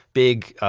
big, ah